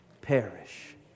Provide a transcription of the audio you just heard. perish